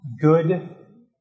good